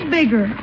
bigger